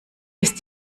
ist